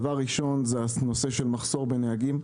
דבר ראשון, הנושא של מחסור בנהגים.